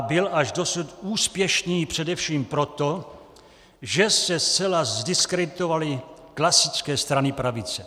Byl až dosud úspěšný především proto, že se zcela zdiskreditovaly klasické strany pravice.